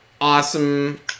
awesome